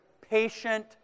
patient